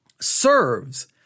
serves